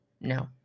No